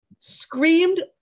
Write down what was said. screamed